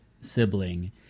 sibling